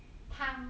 汤